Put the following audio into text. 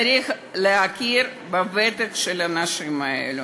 צריך להכיר בוותק של האנשים האלה.